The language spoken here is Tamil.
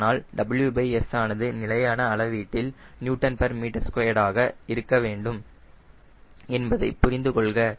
ஆனால் WS ஆனது நிலையான அளவீட்டில் Nm2 ஆக இருக்க வேண்டும் என்பதை புரிந்து கொள்க